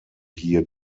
hier